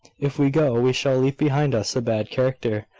if we go, we shall leave behind us a bad character,